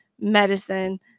medicine